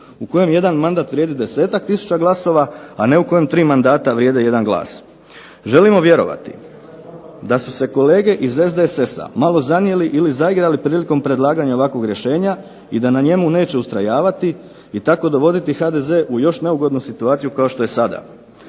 u kojem jedan mandat vrijedi 10-tak tisuća glasova, a ne u kojem tri mandata vrijede jedan glas. Želimo vjerovati da su se kolege iz SDSS-a malo zanijeli ili zaigrali prilikom predlaganja ovakvog rješenja i da na njemu neće ustrajavati i tako dovoditi HDZ u još neugodniju situaciju kao što je sada.